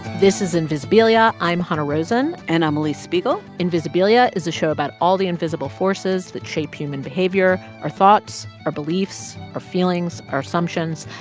this is invisibilia. i'm hanna rosin and i'm alix spiegel invisibilia is a show about all the invisible forces that shape human behavior our thoughts, our beliefs, our feelings, our assumptions.